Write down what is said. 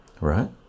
right